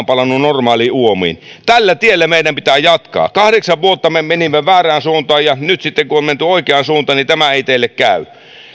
palannut normaaleihin uomiin tällä tiellä meidän pitää jatkaa kahdeksan vuotta me menimme väärään suuntaan ja nyt sitten kun on menty oikeaan suuntaan niin tämä ei teille käy